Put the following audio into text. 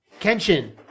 Kenshin